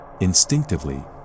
Instinctively